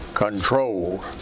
Control